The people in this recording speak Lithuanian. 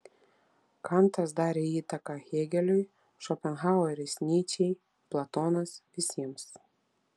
kantas darė įtaką hėgeliui šopenhaueris nyčei platonas visiems